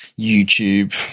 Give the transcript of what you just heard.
YouTube